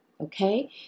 Okay